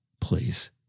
Please